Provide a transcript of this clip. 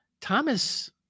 Thomas